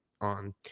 on